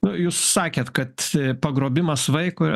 nu jūs sakėt kad pagrobimas vaikui